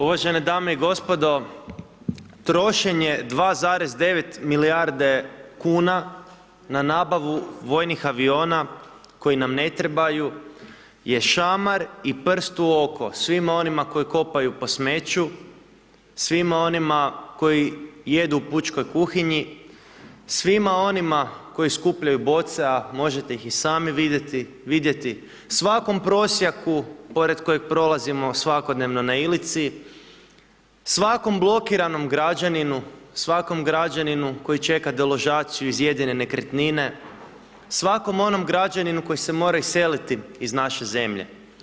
Uvažene dame i gospodo, trošenje 2,9 milijarde kuna na nabavu vojnih aviona koji nam ne trebaju je šamar i prst u oko svima onima koji kopaju po smeću, svima onima koji jedu u pučkoj kuhinji, svima onima koji skupljaju boce, a možete ih i sami vidjeti, svakom prosjaku pored kojeg prolazimo svakodnevno na Ilici, svakom blokiranom građaninu, svakom građaninu koji čeka deložaciju iz jedine nekretnine, svakom onom građaninu koji se mora iseliti iz naše zemlje.